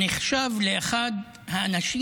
הוא נחשב לאחד האנשים